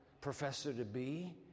professor-to-be